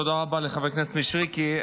תודה רבה לחבר הכנסת מישרקי,